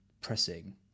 pressing